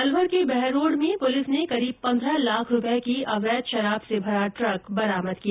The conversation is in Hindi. अलवर के बहरोड क्षेत्र में पुलिस ने करीब पन्द्रह लाख रूपये की अवैध शराब से भरा ट्रक बरामद किया